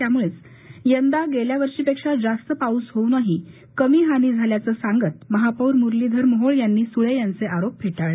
त्यामुळेच यंदा गेल्या वर्षीपेक्षा जास्त पाऊस होऊनही कमी हानी झाल्याचं सांगत महापौर मुरलीधर मोहोळ यांनी सुळे यांचे आरोप फेठळले